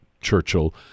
Churchill